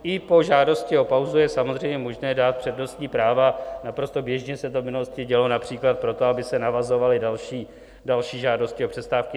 I po žádosti o pauzu je samozřejmě možné dát přednostní práva, naprosto běžně se to v minulosti dělo, například proto, aby se navazovaly další žádosti o přestávky.